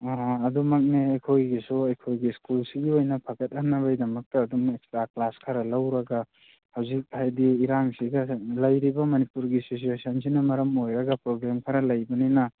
ꯑꯣ ꯑꯗꯨꯃꯛꯅꯤ ꯑꯩꯈꯣꯏꯒꯤꯁꯨ ꯑꯩꯈꯣꯏꯒꯤ ꯁ꯭ꯀꯨꯜꯁꯤꯒꯤ ꯑꯣꯏꯅ ꯐꯒꯠꯍꯟꯅꯕꯩ ꯗꯃꯛꯇ ꯑꯗꯨꯝ ꯑꯦꯛꯁꯇ꯭ꯔꯥ ꯀ꯭ꯂꯥꯁ ꯈꯔ ꯂꯧꯔꯒ ꯍꯧꯖꯤꯛ ꯍꯥꯏꯗꯤ ꯏꯔꯥꯡꯁꯤꯒ ꯂꯩꯔꯤꯕ ꯃꯅꯤꯄꯨꯔꯒꯤ ꯁꯤꯁꯨꯌꯦꯁꯟꯁꯤꯅ ꯃꯔꯝ ꯑꯣꯏꯔꯒ ꯄ꯭ꯔꯣꯕ꯭ꯂꯦꯝ ꯈꯔ ꯂꯩꯕꯅꯤꯅ